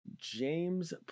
James